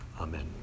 Amen